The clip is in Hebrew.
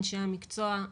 אנשי המקצוע,